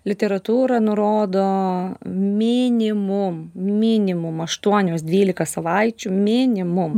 literatūra nurodo minimum minimum aštuonios dvylika savaičių minimum